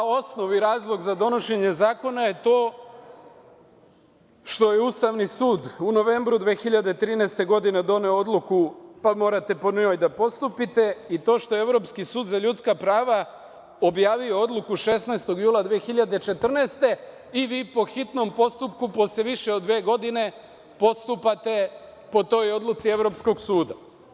Osnovni razlog za donošenje zakona je to što je Ustavni sud u novembru mesecu 2013. godine doneo odluku, pa morate po njoj da postupite i to što je Evropski sud za ljudska prava objavio odluku 16. jula 2014. godine i vi po hitnom postupku, posle više od dve godine, postupate po toj odluci Evropskog suda.